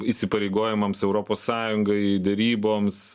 įsipareigojimams europos sąjungai deryboms